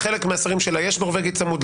לחלק מהשרים שלה יש נורבגי צמוד,